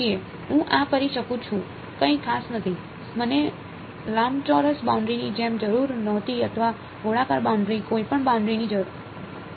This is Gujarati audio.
હું આ કરી શકું છું કંઈ ખાસ નથી મને લંબચોરસ બાઉન્ડરી ની જેમ જરૂર નહોતી અથવા ગોળાકાર બાઉન્ડરી કોઈપણ બાઉન્ડરી હોઈ શકે છે